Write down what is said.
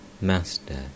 Master